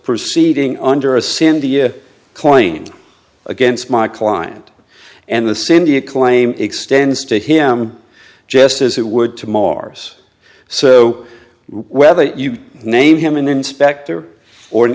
proceeding under a sandia claim against my client and the sandia claim extends to him just as it would to mars so whether you name him an inspector or an